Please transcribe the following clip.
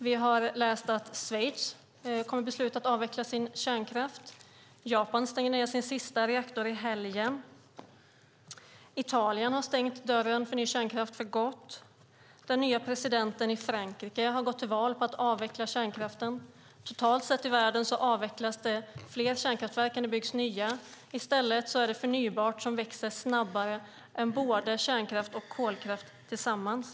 Vi har läst att Schweiz kommer att fatta beslut om att avveckla sin kärnkraft. Japan stänger ned sin sista reaktor i helgen. Italien har stängt dörren för ny kärnkraft för gott. Den nya presidenten i Frankrike har gått till val på att avveckla kärnkraften. Totalt sett i världen avvecklas det fler kärnkraftverk än det byggs nya. I stället är det förnybart som växer snabbare än både kärnkraft och kolkraft tillsammans.